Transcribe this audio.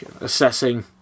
assessing